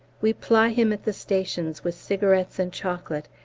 we ply him at the stations with cigarettes and chocolate,